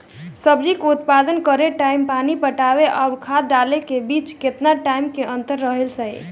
सब्जी के उत्पादन करे टाइम पानी पटावे आउर खाद डाले के बीच केतना टाइम के अंतर रखल सही रही?